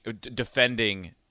defending